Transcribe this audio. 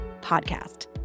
podcast